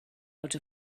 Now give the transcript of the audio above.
out